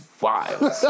wild